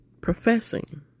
professing